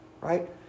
right